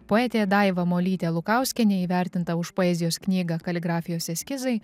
poetė daiva molytė lukauskienė įvertinta už poezijos knygą kaligrafijos eskizai